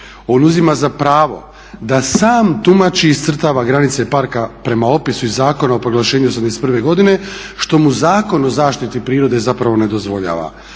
On uzima za pravo da sam tumači i iscrtava granice parka prema opisu iz Zakona o proglašenju '81. godine što mu Zakon o zaštiti prirode zapravo ne dozvoljava.